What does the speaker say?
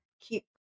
keep